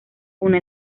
una